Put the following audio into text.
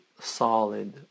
solid